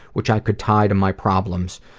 which i could tie to my problems,